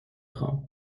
خوام